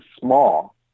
small